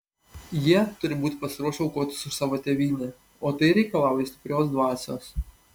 jie turi būti pasiruošę aukotis už savo tėvynę o tai reikalauja stiprios dvasios